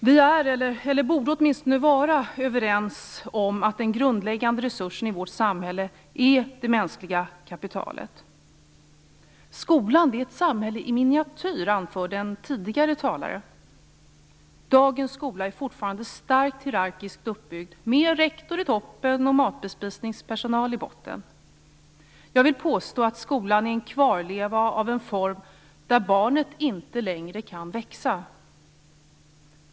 Vi är eller borde åtminstone vara överens om att den grundläggande resursen i vårt samhälle är det mänskliga kapitalet. Skolan är ett samhälle i miniatyr, anförde en tidigare talare. Dagens skola är fortfarande starkt hierarkiskt uppbyggd, med rektor i toppen och matbespisningspersonal i botten. Jag vill påstå att skolan är en kvarleva av en form av institution där barnet inte kan växa.